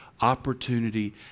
Opportunity